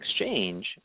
Exchange